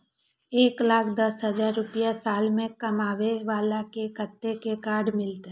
एक लाख दस हजार रुपया साल में कमाबै बाला के कतेक के कार्ड मिलत?